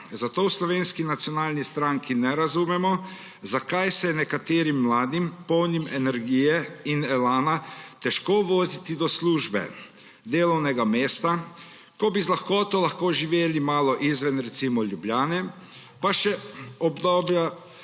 zato v Slovenski nacionalni stranki ne razumemo, zakaj se je nekaterim mladim, polnim energije in elana, težko voziti do službe, delovnega mesta, ko bi z lahkoto lahko živeli malo izven recimo Ljubljane, pa še obdajala